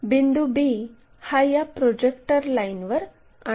बिंदू b हा या प्रोजेक्टर लाईनवर आणावा